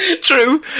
true